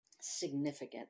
significant